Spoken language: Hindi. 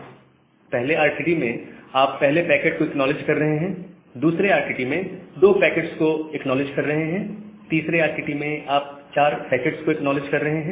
पहले RTT में आप पहले पैकेट को एक्नॉलेज कर रहे हैं दूसरे RTT में 2 पैकेट्स को एक्नॉलेज कर रहे हैं तीसरे RTT में आप 4 पैकेट्स को एक्नॉलेज कर रहे हैं